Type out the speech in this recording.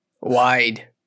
Wide